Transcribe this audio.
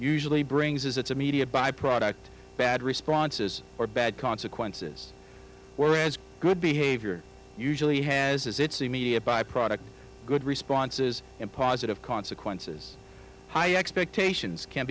usually brings as its immediate byproduct bad responses or bad consequences whereas good behavior usually has its immediate byproduct good responses and positive consequences high expectations can